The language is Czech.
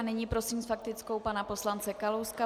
Nyní prosím s faktickou pana poslance Kalouska.